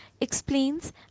explains